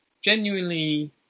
genuinely